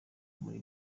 muri